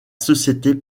société